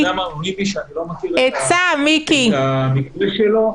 --- את המקרה שלו,